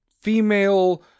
female